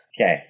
Okay